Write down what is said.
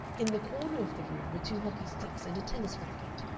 in the corner of the room were two hockey-sticks and a tennis-racket,